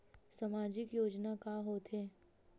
सामाजिक योजना का होथे?